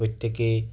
প্ৰত্যেকেই